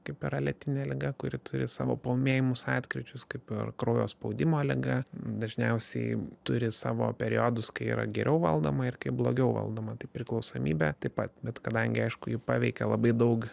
kaip yra lėtinė liga kuri turi savo paūmėjimus atkryčius kai ir kraujo spaudimo liga dažniausiai turi savo periodus kai yra geriau valdoma ir kai blogiau valdoma tai priklausomybė taip pat bet kadangi aišku ji paveikia labai daug